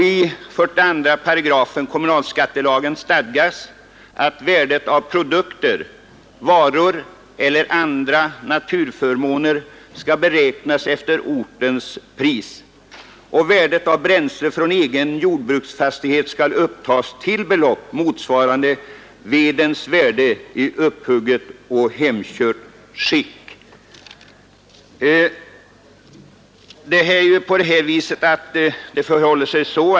I 42 § kommunalskattelagen stadgas att värdet av produkter, varor eller andra naturaförmåner skall beräknas efter ortens pris. Värdet av bränsle från egen jordbruksfastighet skall upptas till belopp motsvarande vedens värde i upphugget och hemkört skick.